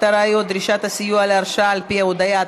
הראיות (דרישת הסיוע להרשעה על פי הודיה),